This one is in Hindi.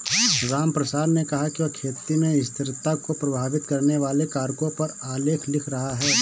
रामप्रसाद ने कहा कि वह खेती में स्थिरता को प्रभावित करने वाले कारकों पर आलेख लिख रहा है